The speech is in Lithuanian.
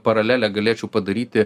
paralelę galėčiau padaryti